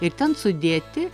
ir ten sudėti